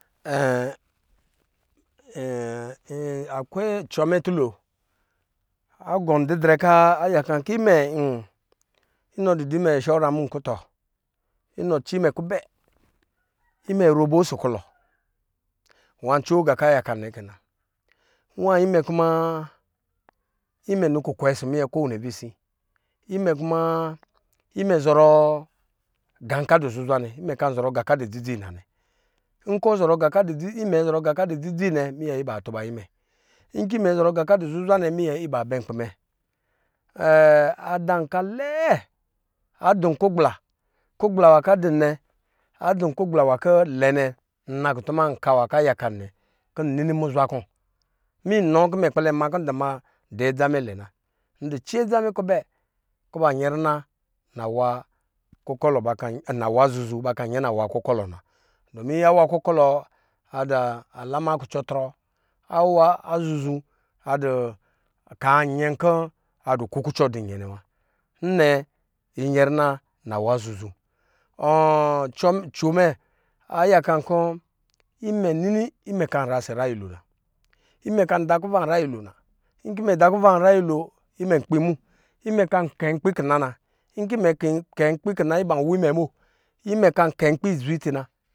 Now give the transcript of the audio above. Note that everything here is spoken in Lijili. a akwe cɔmɛ tulo, agɔn dedrɛ kɔ aya kan kɔ imɛ n inɔ du dɔ imɛ shɔramu nkɔ tɔ, inɔ dɔ ci imɛ kubɛ imɛ robo ɔsɔ kulɔ nwa ancoo nga kɔ a yakan nɛ kɛ na, nwa imɛ kuma imɛ nɔ kukwɛ ɔsɔ minyɛ kowoni avisi imɛ kuma imɛ zɔrɔ gan kɔ a dɔ zuzwa nɛ imɛ kan zɔrɔ gan kɔ adɔ dzi dzi na nkɔ ɔzɔrɔ nga kɔ adɔ dzi dzi nɛ nkɔ imɛ zɔrɔ nga kɔ adɔ dzidzi nɛ, minyɛ iban tuba nyi mɛ nkɔ imɛ zɔrɔ nga kɔ adɔ zuzwa nɛ minyɛ iban bɛ nkpi mɛ adanka lɛɛ, adɔ kugbla, ku gbla nwa kɔ adɔn nɛ, adɔ kugbla nwa kɔ lɛnɛ nna kutuma nka nwa kɔ ayaka n nɛ n dɔ np muzwa kɔ minɔ kɔ ndɔ ma dɔ adza mɛ lɛ na, ndɔ ci adza mɛ kubɛ ba nyɛrina nawa zuzu ba kan nyɛrina nama kukɔlɔ na. Awa kukɔ lɔ adɔ alama kucɔtrɔ wa awa zuzu adi kaa nyɛn kɔ adɔ kukucɔ du nyɛ nɛ wa nnɛ yi nyɛrina nawa zuzu ɔ ocmɛ a yaka n kɔ imɛ nini imɛ kanra ɔsɔ nyra nyɛlo na imɛ ka da kuva nyra nyɛlo na nkɔ imɛ da kuva nyra nyɛlo imɛnkpin mu imɛ kan kɛnkpi kina na nkɔ imɛ kɛn kpi kina iban wɔ imɛ bo imɛ kan kɛr nkpi izwe itsi na